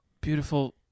Beautiful